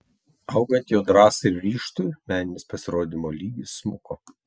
augant jo drąsai ir ryžtui meninis pasirodymo lygis smuko